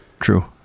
True